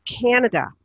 Canada